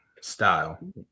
style